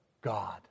God